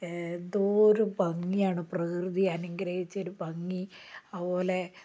എന്തോ ഒരു ഭംഗിയാണ് പ്രകൃതി അനുഗ്രഹിച്ച ഒരു ഭംഗി അത് പോലെ